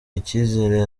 icyizere